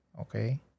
Okay